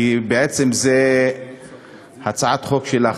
כי בעצם זה הצעת חוק שלך.